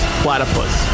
platypus